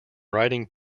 writing